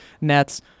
Nets